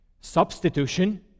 Substitution